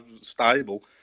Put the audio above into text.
stable